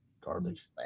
Garbage